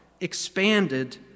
expanded